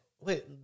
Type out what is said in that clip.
Wait